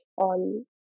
on